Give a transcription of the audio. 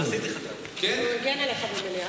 הוא הגן עליך במליאה,